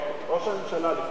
ראש הממשלה אמר לפני שעתיים: